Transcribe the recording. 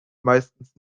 meistens